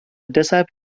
deshalb